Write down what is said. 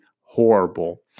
horrible